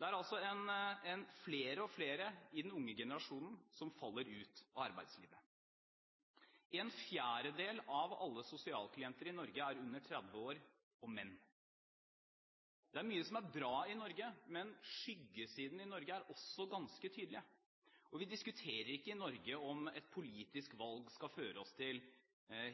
Det er altså flere og flere i den unge generasjonen som faller ut av arbeidslivet. En fjerdedel av alle sosialklienter i Norge er under 30 år og menn. Det er mye som er bra i Norge, men skyggesidene er også ganske tydelige. Vi i Norge diskuterer ikke om et politisk valg skal føre oss til